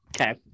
okay